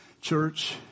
Church